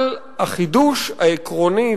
אבל החידוש העקרוני,